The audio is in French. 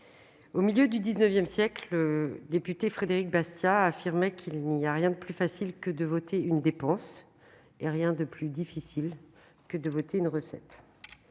au milieu du XIX siècle, le député Frédéric Bastiat affirmait qu'il n'y a rien de plus facile que de voter une dépense, et rien de plus difficile que de voter une recette.